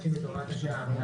אנחנו מחדשים את הוראת השעה ---,